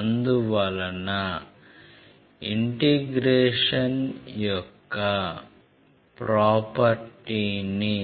అందువలన ఇంటిగ్రేషన్ యొక్క ప్రాపర్టీ ని